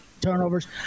turnovers